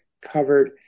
covered